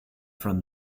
from